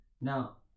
now